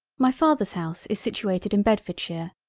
my father's house is situated in bedfordshire,